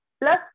Plus